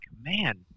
man